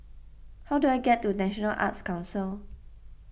how do I get to National Arts Council